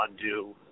undo